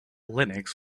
linux